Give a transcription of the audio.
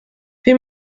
wir